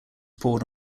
poured